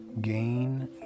gain